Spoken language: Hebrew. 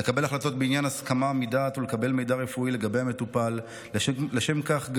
לקבל החלטות בעניין הסכמה מדעת ולקבל מידע רפואי על המטופל לשם כך,